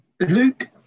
Luke